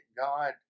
God